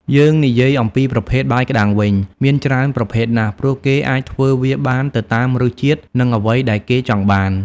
យើងនិយាយអំពីប្រភេទ បាយក្ដាំងវិញ មានច្រើនប្រភេទណាស់ ព្រោះគេអាចធ្វើវាបានទៅតាមរសជាតិនិងអ្វីដែលគេចង់បាន ។